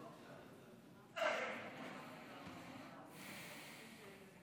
שלוש דקות,